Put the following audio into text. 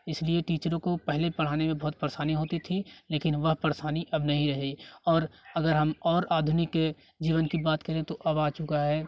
इसलिए टीचरों को पहले पढ़ाने में बहुत परेशानी होती थी लेकिन वह परेशानी अब नहीं रही और अगर हम और आधुनिक के जीवन की बात करें तो अब आ चुका है